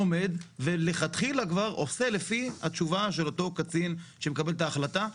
לומד ומלכתחילה כבר עושה לפי התשובה של אותו קצין שמקבל את ההחלטה.